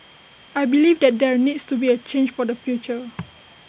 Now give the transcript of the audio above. I believe that there needs to be change for the future